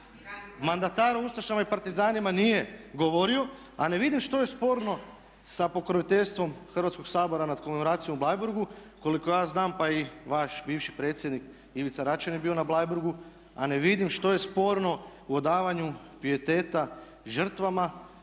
Mandatar o ustašama i partizanima nije govorio. A ne vidim što je sporno sa pokroviteljstvom Hrvatskog sabora nad komemoracijom u Bleiburgu? Koliko ja znam pa i vaš bivši predsjednik Ivica Račan je bio na Bleiburgu. A ne vidim što je sporno u odavanju pijeteta žrtvama